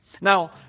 Now